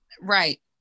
Right